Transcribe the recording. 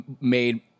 made